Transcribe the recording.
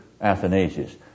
Athanasius